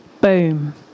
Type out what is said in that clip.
boom